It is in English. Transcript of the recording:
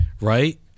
right